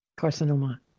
carcinoma